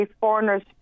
foreigner's